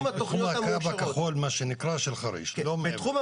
בתחום הקו הכחול של חריש, לא מעבר לכך.